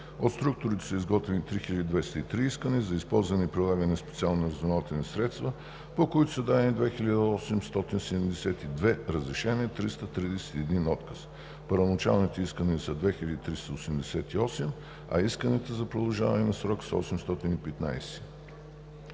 от структурите са изготвени 3203 искания за използване и прилагане на специални разузнавателни средства, по които са дадени 2872 разрешения и 331 отказа. Първоначалните искания са 2388, а исканията за продължаване на срока са 815.